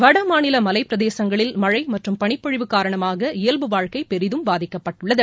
வடமாநில மலைப்பிரதேசங்களில் மனழ மற்றும் பனிப்பொழிவு காரணமாக இயல்பு வாழ்க்கை பெரிதும் பாதிக்கப்பட்டுள்ளது